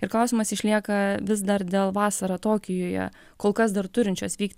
ir klausimas išlieka vis dar dėl vasarą tokijuje kol kas dar turinčios vykti